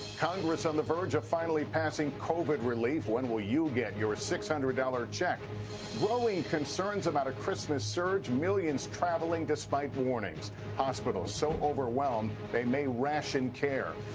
congress on the verge of finally passing covid relief when will you get your six hundred dollars check growing concerns about a christmas surge. millions traveling despite warnings hospitals so overwhelmed they may ration care.